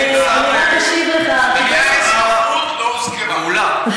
המילה "אזרחות" לא הוזכרה.